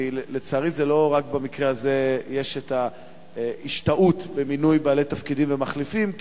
כי לצערי לא רק במקרה הזה יש השתהות במינוי בעלי תפקידים ומחליפים.